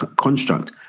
construct